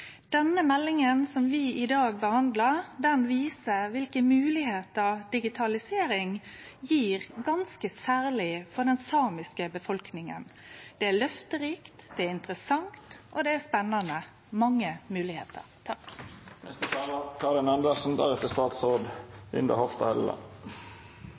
meldinga som vi i dag behandlar, viser kva moglegheiter digitalisering gjev ganske særleg for den samiske befolkninga. Det er løfterikt, det er interessant, og det er spennande – mange